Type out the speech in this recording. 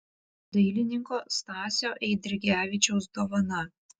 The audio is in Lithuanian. dailininko stasio eidrigevičiaus dovana